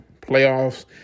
playoffs